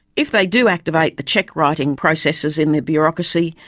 if they do activate the cheque-writing processes in the bureaucracy,